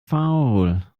faul